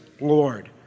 Lord